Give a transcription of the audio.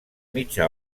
mitja